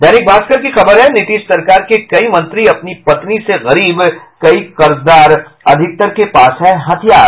दैनिक भास्कर की खबर है नीतीश सरकार के कई मंत्री अपनी पत्नी से गरीब कई कर्जदार अधिकतर के पास हैं हथियार